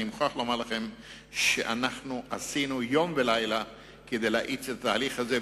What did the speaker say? אני מוכרח לומר לכם שאנחנו עשינו יום ולילה כדי להאיץ את התהליך הזה.